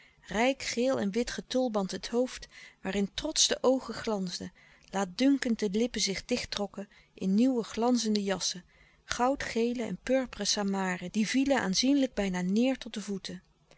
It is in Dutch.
rijk geel en wit getulband het hoofd waarin trotsch de oogen glansden laatdunkend de lippen zich dicht trokken in nieuwe glanzende jassen goudgele en purperen samaren die vielen aanzienlijk bijna neêr tot de voeten